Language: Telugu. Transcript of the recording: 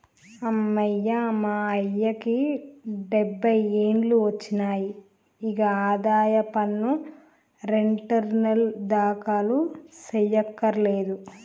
అమ్మయ్య మా అయ్యకి డబ్బై ఏండ్లు ఒచ్చినాయి, ఇగ ఆదాయ పన్ను రెటర్నులు దాఖలు సెయ్యకర్లేదు